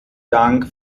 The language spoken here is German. dank